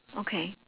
okay